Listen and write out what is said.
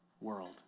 world